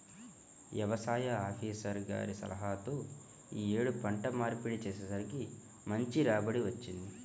యవసాయ ఆపీసర్ గారి సలహాతో యీ యేడు పంట మార్పిడి చేసేసరికి మంచి రాబడి వచ్చింది